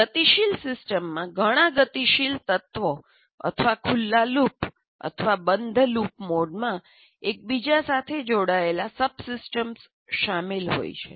ગતિશીલ સિસ્ટમમાં ઘણા ગતિશીલ તત્વો અથવા ખુલ્લા લૂપ અથવા બંધ લૂપ મોડમાં એકબીજા સાથે જોડાયેલા સબસિસ્ટમ્સ શામેલ હોય છે